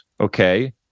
okay